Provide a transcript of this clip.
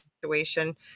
situation